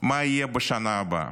מה יהיה בשנה הבאה.